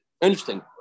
Interesting